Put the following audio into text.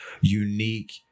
unique